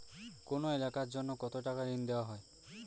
কোন এলাকার জন্য কত টাকা ঋণ দেয়া হয়?